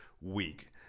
week